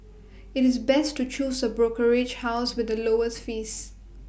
IT is best to choose A brokerage house with the lowest fees